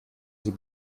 sie